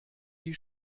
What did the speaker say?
die